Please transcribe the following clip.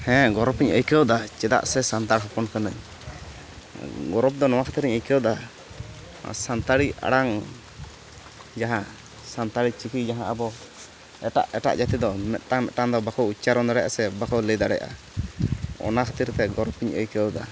ᱦᱮᱸ ᱜᱚᱨᱚᱵᱤᱧ ᱟᱹᱭᱠᱟᱹᱣ ᱫᱟ ᱪᱮᱫᱟᱜ ᱥᱮ ᱥᱟᱱᱛᱟᱲ ᱦᱚᱯᱚᱱ ᱠᱟᱹᱱᱟᱹᱧ ᱜᱚᱨᱚᱵᱽ ᱫᱚ ᱱᱚᱣᱟ ᱠᱷᱟᱹᱛᱤᱨ ᱤᱧ ᱟᱹᱭᱠᱟᱹᱣ ᱫᱟ ᱥᱟᱱᱛᱟᱲᱤ ᱟᱲᱟᱝ ᱡᱟᱦᱟᱸ ᱥᱟᱱᱛᱟᱲᱤ ᱪᱤᱠᱤ ᱡᱟᱦᱟᱸ ᱟᱵᱚ ᱮᱴᱟᱜ ᱮᱴᱟᱜ ᱡᱟ ᱛᱤ ᱫᱚ ᱢᱤᱫᱴᱟᱝ ᱢᱤᱫᱴᱟᱝ ᱫᱚ ᱵᱟᱠᱚ ᱩᱪᱪᱟᱨᱚᱱ ᱫᱟᱲᱮᱜᱼᱟ ᱥᱮ ᱵᱟᱠᱚ ᱞᱟᱹᱭ ᱫᱟᱲᱮᱜᱼᱟ ᱚᱱᱟ ᱠᱷᱟᱹᱛᱤᱨ ᱛᱮ ᱜᱚᱨᱚᱵᱽ ᱤᱧ ᱟᱹᱭᱠᱟᱹᱣ ᱫᱟ